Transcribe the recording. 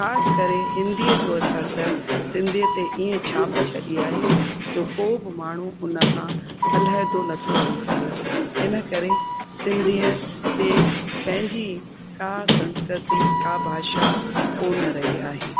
ख़ासि करे हिंदीअ जो असरु त सिंधीअ त इयं छाप छॾी आहे जो को बि माण्हू हुन खां अलहंदो नथो रही सघे इनकरे सिंधीअ ते पंहिंजी का संस्कृति का भाषा कोन रही आहे